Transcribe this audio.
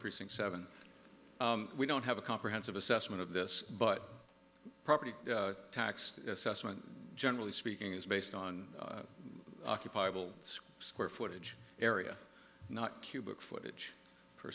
precinct seven we don't have a comprehensive assessment of this but property tax assessment generally speaking is based on occupy will screw square footage area not cubic footage per